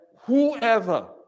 whoever